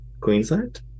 Queensland